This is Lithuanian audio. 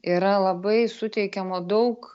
yra labai suteikiama daug